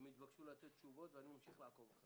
הם התבקשו לתת תשובות, ואני ממשיך לעקוב.